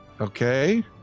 Okay